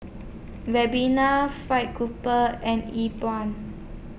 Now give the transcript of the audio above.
Ribena Fried Grouper and Yi Bua